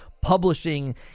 publishing